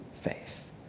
faith